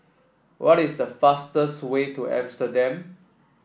what is the fastest way to Amsterdam